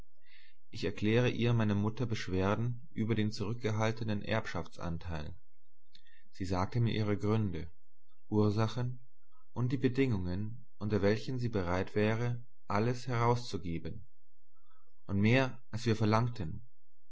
ich erklärte ihr meiner mutter beschwerden über den zurückgehaltenen erbschaftsanteil sie sagte mir ihre gründe ursachen und die bedingungen unter welchen sie bereit wäre alles herauszugeben und mehr als wir verlangten kurz